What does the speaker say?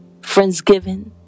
Friendsgiving